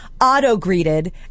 auto-greeted